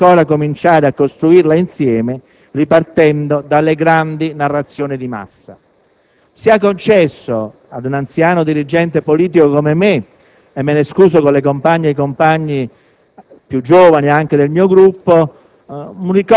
la terza Repubblica dovremo e potremo ancora cominciare a costruirla insieme, ripartendo dalle grandi narrazioni di massa. Sia concesso ad un anziano dirigente politico come me - e me ne scuso con le compagne e i compagni